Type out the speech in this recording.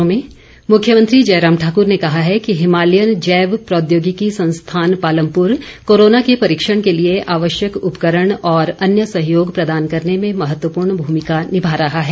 मुख्यमंत्री मुख्यमंत्री जयराम ठाक्र ने कहा है कि हिमालयन जैव प्रौद्योगिकी संस्थान पालमपुर कोरोना के परीक्षण के लिए आवश्यक उपकरण और अन्य सहयोग प्रदान करने में महत्वपूर्ण भूमिका निभा रहा है